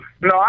no